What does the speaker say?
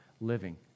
living